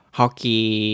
hockey